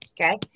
Okay